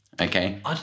okay